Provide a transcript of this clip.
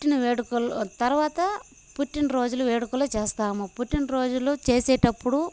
పుట్టిన వేడుకలు తర్వాత పుట్టినరోజులు వేడుకలు చేస్తాము పుట్టినరోజులు చేసేటప్పుడు